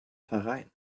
verein